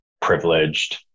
privileged